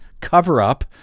cover-up